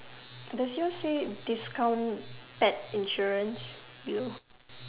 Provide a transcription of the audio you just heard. does yours say discount pet insurance below